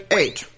eight